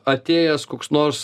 atėjęs koks nors